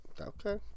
Okay